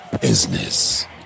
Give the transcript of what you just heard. Business